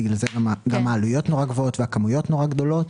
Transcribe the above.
בגלל זה גם העלויות מאוד גבוהות והכמויות מאוד גדולות